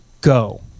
go